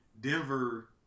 Denver